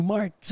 Mark